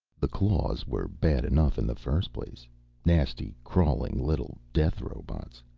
the claws were bad enough in the first place nasty, crawling little death-robots.